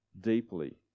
deeply